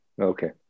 Okay